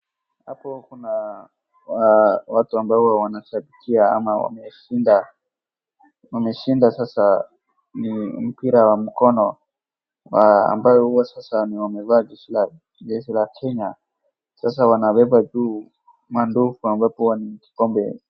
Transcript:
Hapo kuna watu ambao wanashabikia ama wameshinda , wameshinda sasa ni mpira wa mkono ambao sasa wamevaa jeshi la Kenya. Sasa wanabeba juu mandofu ambapo wanainua kikombe.